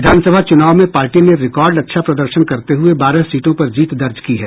विधानसभा चुनाव में पार्टी ने रिकॉर्ड अच्छा प्रदर्शन करने हुए बारह सीटों पर जीत दर्ज की है